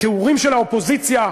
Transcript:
התיאורים של האופוזיציה,